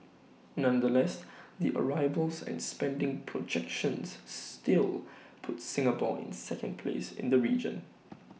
nonetheless the arrivals and spending projections still put Singapore in second place in the region